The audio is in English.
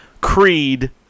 Creed